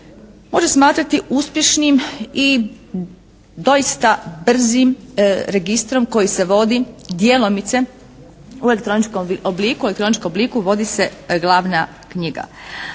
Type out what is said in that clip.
može smatrati uspješnim i doista brzim registrom koji se vodi djelomice u elektroničkom obliku, u elektroničkom obliku vodi se glavna knjiga.